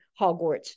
Hogwarts